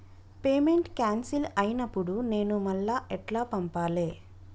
Payment cancel అయినపుడు నేను మళ్ళా ఎట్ల పంపాలే?